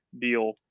deal